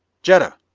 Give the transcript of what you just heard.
jetta!